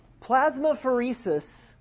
plasmapheresis